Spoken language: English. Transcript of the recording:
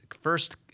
first